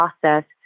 process